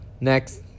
Next